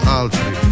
altri